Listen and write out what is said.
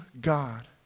God